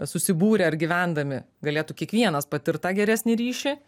susibūrę ar gyvendami galėtų kiekvienas patirt tą geresnį ryšį